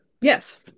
yes